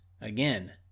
Again